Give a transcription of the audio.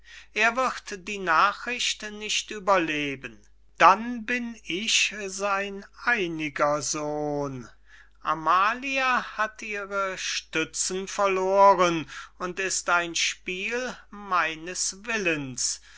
er wird die nachricht nicht überleben dann bin ich sein einiger sohn amalia hat ihre stützen verloren und ist ein spiel meines willens